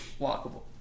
walkable